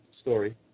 story